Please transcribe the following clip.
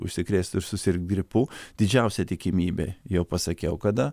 užsikrėst ir susirgt gripu didžiausia tikimybė jau pasakiau kada